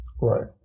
right